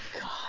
God